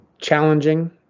challenging